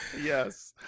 Yes